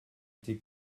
été